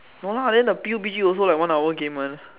no lah then the PUB-G also like one hour game one